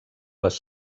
les